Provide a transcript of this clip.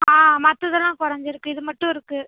ஆ மற்றதெல்லாம் குறஞ்சிருக்கு இது மட்டும் இருக்கு